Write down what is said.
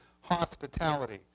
hospitality